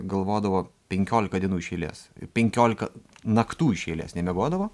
galvodavo penkiolika dienų iš eilės penkiolika naktų iš eilės nemiegodavo